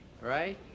right